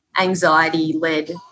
anxiety-led